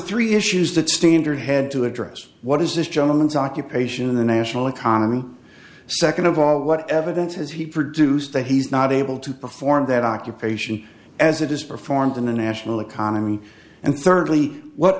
three issues that standard had to address what is this gentleman's occupation of the national economy second of all what evidence is he produced that he's not able to perform that occupation as it is performed in the national economy and thirdly what